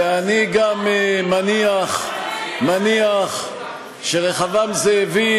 ואני גם מניח שרחבעם זאבי,